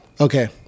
Okay